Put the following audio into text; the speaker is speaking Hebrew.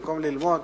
במקום ללמוד,